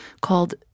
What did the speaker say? called